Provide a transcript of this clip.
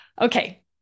okay